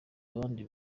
abandi